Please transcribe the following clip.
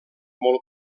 molt